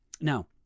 Now